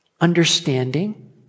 understanding